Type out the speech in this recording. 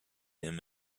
him